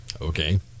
Okay